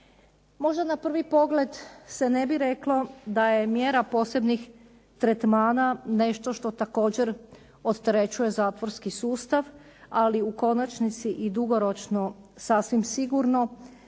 Možda na prvi pogled se ne bi reklo da je mjera posebnih tretmana nešto što također opterećuje zatvorski sustav, ali u konačnici i dugoročno sasvim sigurno